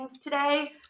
today